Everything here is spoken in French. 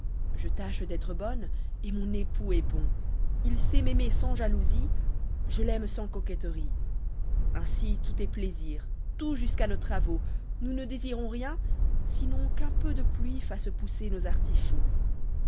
je tâche d'être bonne et mon époux est bon h sait in'aiiner sans jalousie je l'aime sans coquetterie ainsi tout est plaisir tout jusqu'à nos travaux nous ne désirons rien sinon qu'un peu de pluie fasse pousser nos artichauts